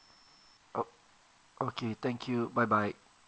oh okay thank you bye bye